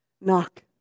knock